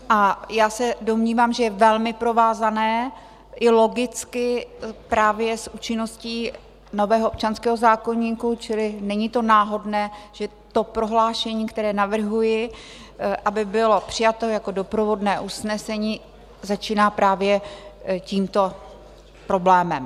A já se domnívám, že je velmi provázané, i logicky, právě s účinností nového občanského zákoníku, čili není to náhodné, že prohlášení, které navrhuji, aby bylo přijato jako doprovodné usnesení, začíná právě tímto problémem.